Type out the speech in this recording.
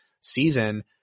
season